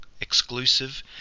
exclusive